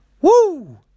Woo